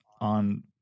on